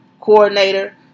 coordinator